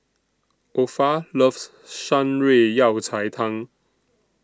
Opha loves Shan Rui Yao Cai Tang